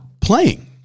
playing